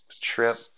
trip